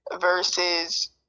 versus